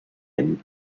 and